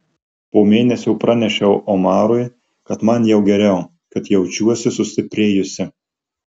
po mėnesio pranešiau omarui kad man jau geriau kad jaučiuosi sustiprėjusi